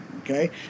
Okay